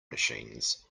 machines